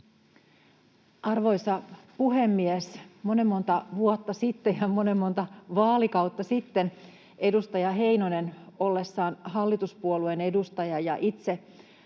Arvoisa puhemies! Monen monta vuotta sitten ja monen monta vaalikautta sitten edustaja Heinonen oli hallituspuolueen edustaja ja itse